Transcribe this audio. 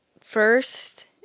first